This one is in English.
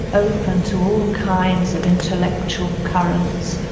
open to all kinds of intellectual currents,